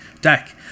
deck